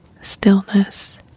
stillness